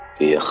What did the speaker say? the